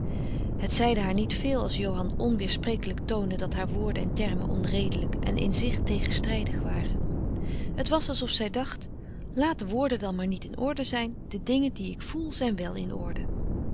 het zeide haar niet veel als johan onweersprekelijk toonde dat haar woorden en termen onredelijk en in zich tegenstrijdig waren het was alsof zij dacht laat de woorden dan maar niet in orde zijn de dingen die ik voel zijn wel in orde